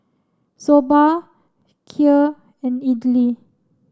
Soba Kheer and Idili